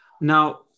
Now